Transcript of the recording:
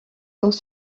sans